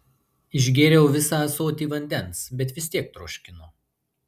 išgėriau visą ąsotį vandens bet vis tiek troškino